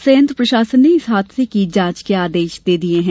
संयंत्र प्रशासन ने इस हादसे की जांच के आदेश दिये हैं